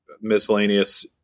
miscellaneous